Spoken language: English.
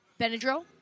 benadryl